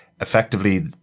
effectively